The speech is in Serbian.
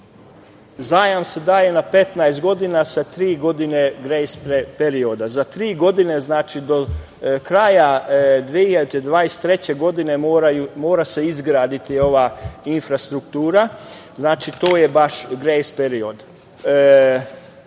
daje se na 15 godina sa tri godine grejs perioda. Za tri godine, znači do kraja 2023. godine se mora izgraditi ova infrastruktura. Znači to je grejs period.